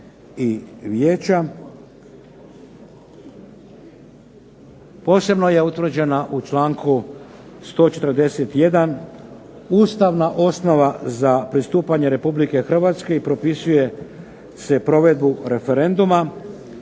i vijeća. Posebno je utvrđena u članku 141. ustavna osnova za pristupanje Republike Hrvatske i propisuje se provedbu referenduma.